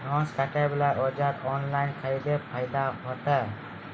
घास काटे बला औजार ऑनलाइन खरीदी फायदा होता?